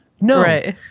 No